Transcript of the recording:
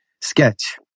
sketch